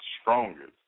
strongest